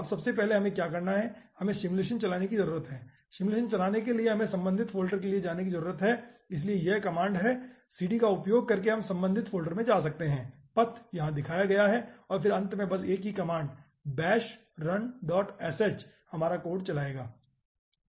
अब सबसे पहले हमें क्या करना है हमें सिमुलेशन चलाने की जरूरत है सिमुलेशन चलाने के लिए हमें संबंधित फ़ोल्डर के लिए जाने की जरूरत है इसलिए यह कमांड है cd का उपयोग करके हम संबंधित फ़ोल्डर में जा सकते हैं पथ यहां दिया गया है और फिर अंत में बस एक ही कमांड bash runsh हमारा कोड चलाएगा ठीक है